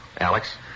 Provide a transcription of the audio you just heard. Alex